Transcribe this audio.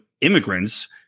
immigrants